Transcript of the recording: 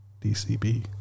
DCB